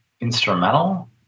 instrumental